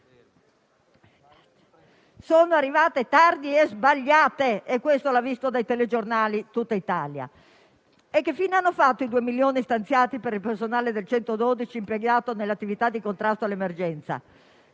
sono arrivate tardi ed erano sbagliate, come ha appreso dai telegiornali tutta l'Italia. Che fine hanno fatto poi i 2 milioni stanziati per il personale del «112» impiegato nell'attività di contrasto all'emergenza